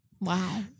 wow